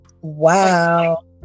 wow